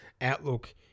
outlook